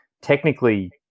technically